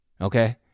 Okay